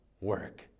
work